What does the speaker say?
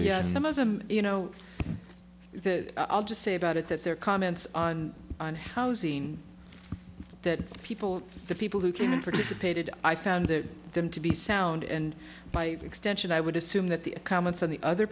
yes some of them you know i'll just say about it that their comments on on housing that people the people who came in for dissipated i found them to be sound and by extension i would assume that the comments on the other